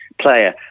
player